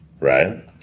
Right